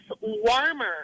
warmer